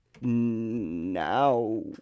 now